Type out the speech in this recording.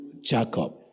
Jacob